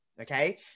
okay